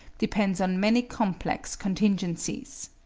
depends on many complex contingencies.